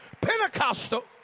Pentecostal